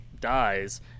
dies